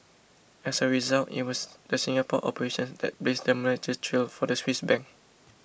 as a result it was the Singapore operations that blazed the merger trail for the Swiss Bank